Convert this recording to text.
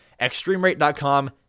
ExtremeRate.com